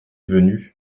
venu